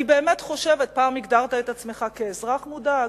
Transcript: אני באמת חושבת, פעם הגדרת את עצמך כאזרח מודאג.